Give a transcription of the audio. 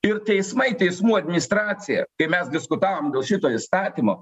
ir teismai teismų administracija ir mes diskutavom dėl šito įstatymo